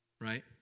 right